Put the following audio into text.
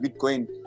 Bitcoin